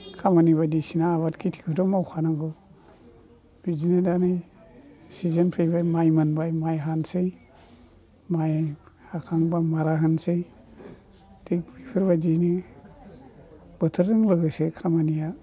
खामानि बायदिसिना आबाद खिथिखौथ' मावखानांगौ बिदिनो दा नै सिजोन फैबाय माइ मोनबाय माइ हानोसै माइ हाखांब्ला मारा होनोसै थिख बेफोरबायदियैनो बोथोरजों लोगोसे खामानिया